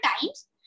times